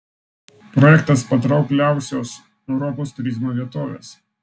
projektas patraukliausios europos turizmo vietovės